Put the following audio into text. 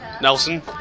Nelson